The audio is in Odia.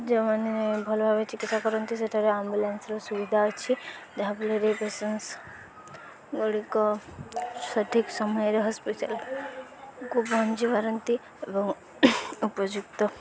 ଯେଉଁମାନେ ଭଲ ଭାବେ ଚିକିତ୍ସା କରନ୍ତି ସେଠାରେ ଆମ୍ବୁଲାନ୍ସର ସୁବିଧା ଅଛି ଯାହାଫଳରେ ପେସେଣ୍ଟ ଗୁଡ଼ିକ ସଠିକ୍ ସମୟରେ ହସ୍ପିଟାଲ୍କୁ ପହଞ୍ଚି ପାରନ୍ତି ଏବଂ ଉପଯୁକ୍ତ